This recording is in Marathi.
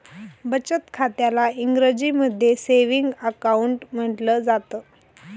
बचत खात्याला इंग्रजीमध्ये सेविंग अकाउंट म्हटलं जातं